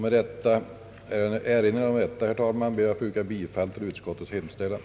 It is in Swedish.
Med erinran om detta, herr talman, ber jag att få yrka bifall till utskottets hemställan.